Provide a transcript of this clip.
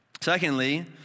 Secondly